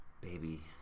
baby